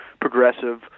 progressive